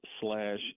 slash